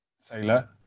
sailor